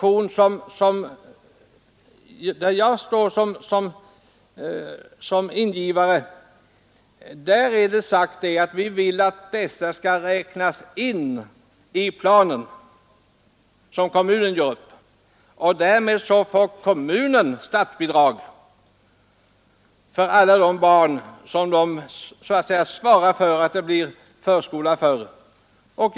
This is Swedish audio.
I den motion där jag står som huvudmotionär begär vi att dessa platser skall räknas in i den plan som kommunen gör upp. Därmed får kommunen statsbidrag för alla de barn som kommunen har förskola till.